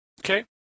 Okay